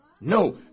No